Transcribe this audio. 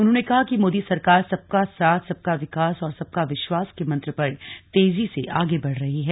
उन्होंने कहा कि मोदी सरकार सबका साथ सबका विकास और सबका विश्वास के मंत्र पर तेजी से आगे बढ़ रही है